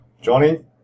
Johnny